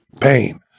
pain